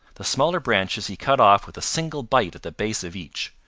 the smaller branches he cut off with a single bite at the base of each.